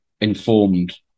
informed